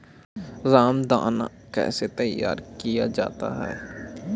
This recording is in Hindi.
रामदाना कैसे तैयार किया जाता है?